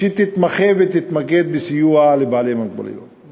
שתתמחה ותתמקד בסיוע לבעלי מוגבלויות.